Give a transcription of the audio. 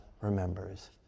remembers